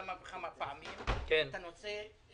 העלינו כמה וכמה פעמים את הנושא של